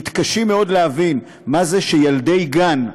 מתקשים מאוד להבין מה זה שילדי גן,